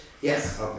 Yes